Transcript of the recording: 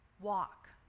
walk